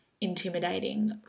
intimidating